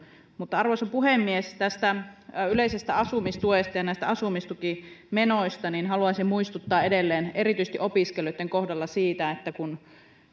mutta arvoisa puhemies tästä yleisestä asumistuesta ja näistä asumistukimenoista haluaisin muistuttaa edelleen erityisesti opiskelijoitten kohdalla siitä että kun tehtiin